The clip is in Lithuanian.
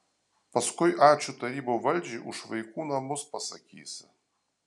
paskui ačiū tarybų valdžiai už vaikų namus pasakysi